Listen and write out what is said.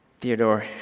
Theodore